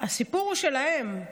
הסיפור הוא שלהם.